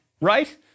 right